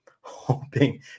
hoping